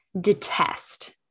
detest